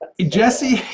Jesse